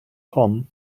tom